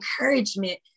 encouragement